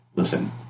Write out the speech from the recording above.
Listen